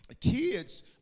Kids